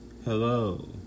Hello